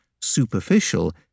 superficial